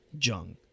Jung